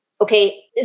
okay